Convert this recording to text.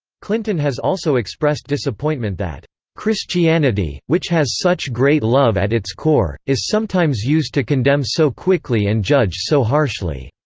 clinton has also expressed disappointment that christianity, which has such great love at its core, is sometimes used to condemn so quickly and judge so harshly.